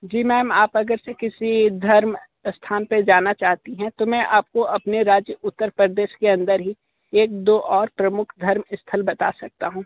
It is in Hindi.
जी मैम आप अगर से किसी धर्म स्थान पर जाना चाहती है तो मैं आपको अपने राज्य उत्तर प्रदेश के अंदर ही एक दो और प्रमुख धर्म स्थल बता सकता हूँ